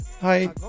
Hi